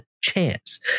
Chance